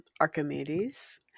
Archimedes